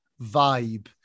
vibe